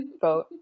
vote